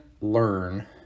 learn